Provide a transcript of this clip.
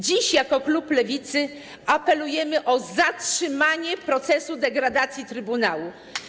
Dziś jako klub Lewicy apelujemy o zatrzymanie procesu degradacji trybunału.